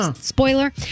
Spoiler